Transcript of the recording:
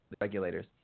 regulators